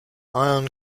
ion